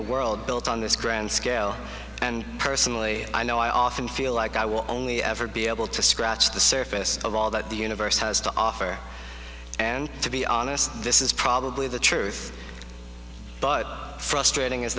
a world built on this grand scale and personally i know i often feel like i will only ever be able to scratch the surface of all that the universe has to offer and to be honest this is probably the truth but frustrating